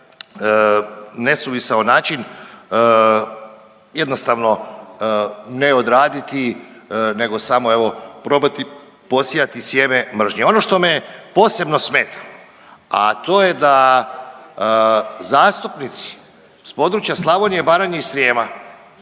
nesuvisao način jednostavno ne odraditi nego samo evo probati posijati sjeme mržnje. Ono što me posebno smeta, a to je da zastupnici s područja Slavonije, Baranje i Srijema